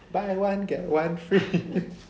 buy one get one free